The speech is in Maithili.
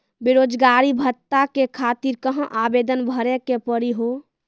बेरोजगारी भत्ता के खातिर कहां आवेदन भरे के पड़ी हो?